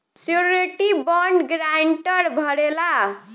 surety bond guarantor भरेला